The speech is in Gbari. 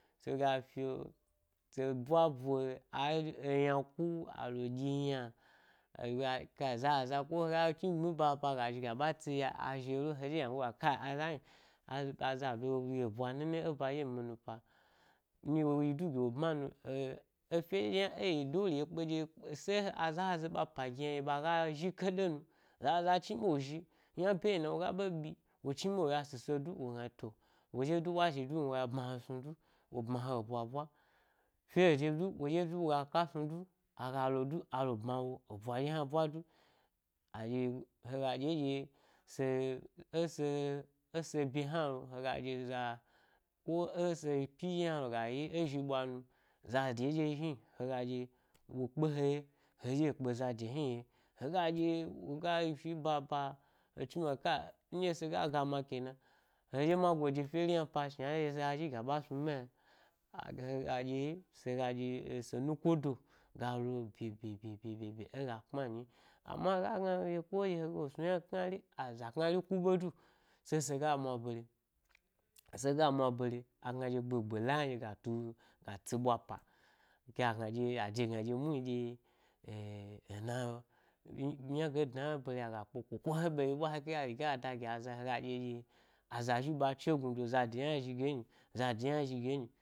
Zade hna la zhige yna he kpe’ ɓa da zna yna, ayna zhi he ge ga mwa, a ɗye za’za he dna ba hna lo yna hega ɗyi, ke he sni he ka. e’. ge, ke he ɗyi he sni kehe ya, zade zhi wo ba kade ɗyi ari seto fyo, zu-wa sa dye ɓase, sego gye se kna ya e ɓa hna lo yna. Ewori hna lo, mi ga gna ɗye, ɓami migaga snu mi mama fye efye hna nga kni shna hna ɓye alo alo fyo yna ɗye ɓa zade ge yna nɗye he yi ewo nu zade hna ga yi ge nu-a bma wo snu a si gi wo, ko he ɗye, he si gi aza, wa eɓwa, he kpe eɓwa ɗya chegnu do e kayi zha zha қhi қhi ri n ɓa pe do, za de ɗye hna wo dog e ɗye gon zade hna yige ɗye goi, aga’ ɓwa chegnudo ga ɗye ɗye abe ɗye hna nɗye ɓega gnu na gi he nu hega ɗye ɗye a ɓeɗye la-ɓẻrẻ ala ta ɓwa chi ɓyi, tin he ke ge zni nɗye ga ayi lom a agna dye ha aza chegnudo zhi-қhi қhiri ɗye heɗye ɗye he ɓwa ynaɗyi si gi aza, ko he si’ yna gi aza asni, ai a snun bayi, hega ɗye ɗye a ɓe ɓe ɗye hna a ɗu he ɗu ɗu ha chni ɓe he lan, hega ɗye shna ɗye ɓe he snu’ yna e zogo nyi, ɓe kamata hega ga snu aɓe yna, bye ha aza cha gnu do ha da gi aza, zada ge hni ye wo ɓeta dege e bade ge-nu wa da gi he chniɓe wo yiwu nɗye se fi ma se de do ɓe wu ɗye ka za nyi hni